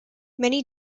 many